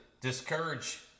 discourage